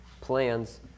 plans